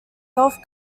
north